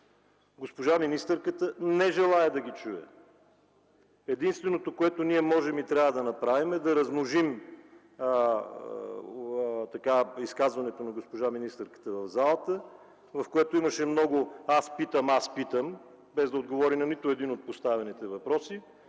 Госпожа министърката не желае да ги чуе! Единственото, което ние можем и трябва да направим, е да размножим изказването на госпожа министърката в залата, в което имаше много: „Аз питам, аз питам...”, без да отговори на нито един от поставените въпроси